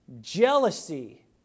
jealousy